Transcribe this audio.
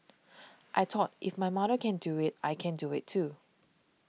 I thought if my mother can do it I can do it too